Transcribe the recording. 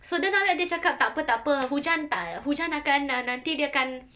so then after that dia cakap tak apa tak apa hujan tak hujan akan err nanti dia akan